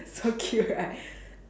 so cute right